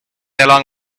along